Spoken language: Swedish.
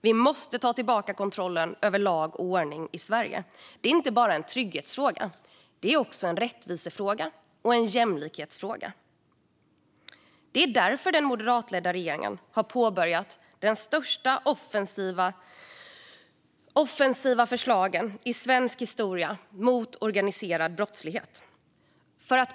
Vi måste ta tillbaka kontrollen över lag och ordning i Sverige. Det är inte bara en trygghetsfråga, utan det är också en rättvisefråga och en jämlikhetsfråga. Det är därför den moderatledda regeringen har påbörjat den största offensiven i svensk historia mot organiserad brottslighet.